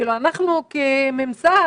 אלא אנחנו כממסד,